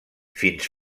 fins